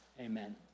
amen